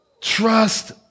Trust